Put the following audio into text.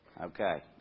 Okay